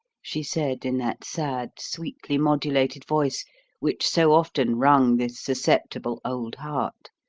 she said in that sad, sweetly modulated voice which so often wrung this susceptible old heart.